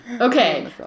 Okay